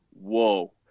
whoa